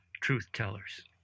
truth-tellers